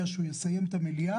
שלום.